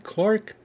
Clark